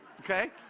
okay